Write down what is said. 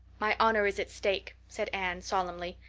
my honor is at stake, said anne solemnly.